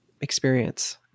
experience